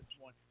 one